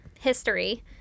history